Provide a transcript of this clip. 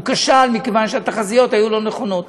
הוא כשל מכיוון שהתחזיות היו לא נכונות,